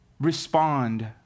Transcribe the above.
respond